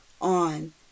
on